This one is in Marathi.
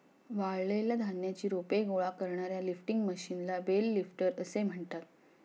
वाळलेल्या धान्याची रोपे गोळा करणाऱ्या लिफ्टिंग मशीनला बेल लिफ्टर असे म्हणतात